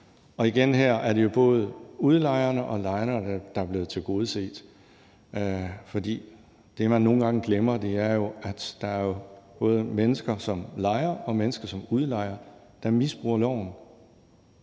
Og igen er det jo her både udlejerne og lejerne, der er blevet tilgodeset, for det, man nogle gange glemmer, er, at der jo både er mennesker, som lejer, og mennesker, som udlejer, der misbruger loven.